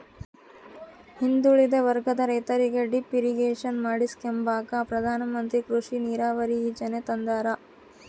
ಹಿಂದುಳಿದ ವರ್ಗದ ರೈತರಿಗೆ ಡಿಪ್ ಇರಿಗೇಷನ್ ಮಾಡಿಸ್ಕೆಂಬಕ ಪ್ರಧಾನಮಂತ್ರಿ ಕೃಷಿ ನೀರಾವರಿ ಯೀಜನೆ ತಂದಾರ